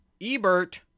Ebert